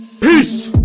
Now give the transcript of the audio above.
peace